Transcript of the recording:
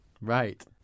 right